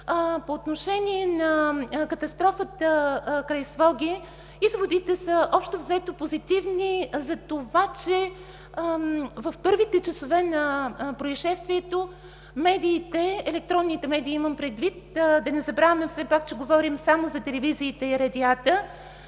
По отношение на катастрофата край Своге изводите са общо взето позитивни за това, че в първите часове на произшествието медиите, електронните медии имам предвид, да не забравяме все пак, че говорим само за телевизиите и радиата,